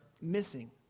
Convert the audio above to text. missing